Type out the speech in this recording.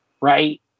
right